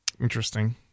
Interesting